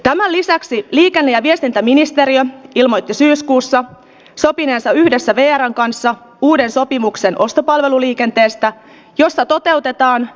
tämä lisäksi liigan ja viestintäministeriö ilmoitti syyskuussa sopineensa yhdessä veeärrän kanssa uuden sopimuksen ostopalveluliikenteestä jossa toteutetaan